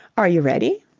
are you ready?